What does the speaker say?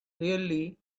really